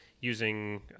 using